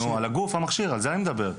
הגוף המכשיר, על זה אני מדבר.